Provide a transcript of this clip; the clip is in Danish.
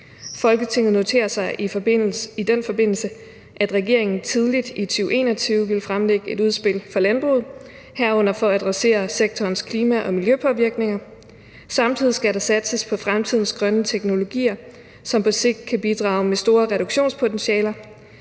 Folketinget noterer sig i den forbindelse, at regeringen tidligt i 2021 vil fremlægge et udspil for landbruget, herunder for at adressere sektorens klima- og miljøpåvirkninger. Samtidig skal der satses på fremtidens grønne teknologier, som på sigt kan bidrage med store reduktionspotentialer,